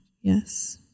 yes